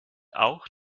auch